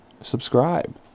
Subscribe